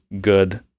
good